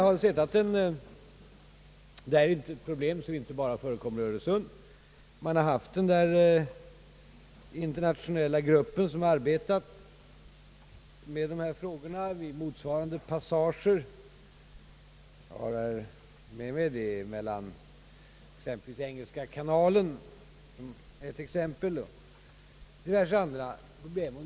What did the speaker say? Problemet förekommer inte heller bara i Öresund — den internationella gruppen har arbetat med sådana problem i liknande passager. Jag har med mig uppgifter om detta; Engelska kanalen är ett exempel, och det finns diverse andra.